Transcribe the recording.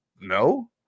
no